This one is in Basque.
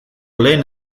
lehen